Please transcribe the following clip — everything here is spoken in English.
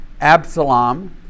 Absalom